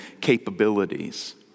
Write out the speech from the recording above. capabilities